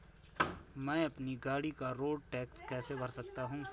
मैं अपनी गाड़ी का रोड टैक्स कैसे भर सकता हूँ?